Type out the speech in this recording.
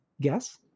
guess